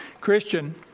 Christian